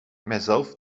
mijzelf